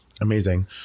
amazing